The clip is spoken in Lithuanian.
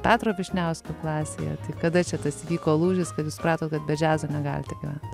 petro vyšniausko klasėje tai kada čia tas įvyko lūžis kad jūs supratot kad be džiazo negalite gyvent